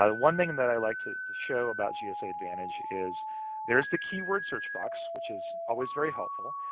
ah one thing that i like to to show about gsa advantage is there's the keyword search box, which is always very helpful,